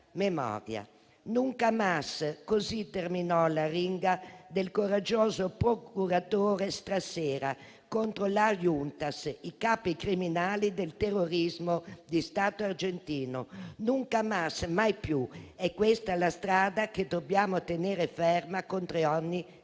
memoria. *Nunca màs:* così terminò l'arringa del coraggioso procuratore Strassera contro la *Juntas,* i capi criminali del terrorismo di Stato argentino. *Nunca màs,* mai più: questa è la strada che dobbiamo tenere ferma contro ogni